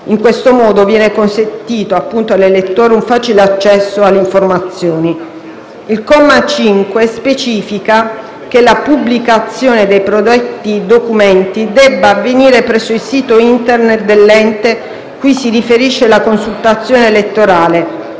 In questo modo viene consentito all'elettore un facile accesso alle informazioni. Il comma 5 specifica che la pubblicazione dei predetti documenti debba avvenire presso il sito Internet dell'ente cui si riferisce la consultazione elettorale,